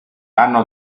anno